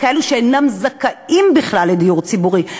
לכאלה שאינם זכאים בכלל לדיור ציבורי,